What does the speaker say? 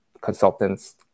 consultants